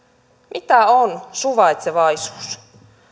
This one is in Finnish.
mitä on suvaitsevaisuus